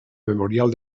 memorial